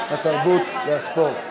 התרבות והספורט.